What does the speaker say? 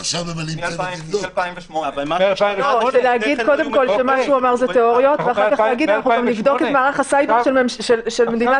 אף אחד לא אומר דבר על האיזון עם הגנת